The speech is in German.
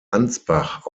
ansbach